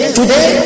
Today